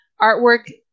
Artwork